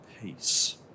peace